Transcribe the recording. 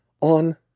on